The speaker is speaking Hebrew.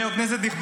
מי זאת?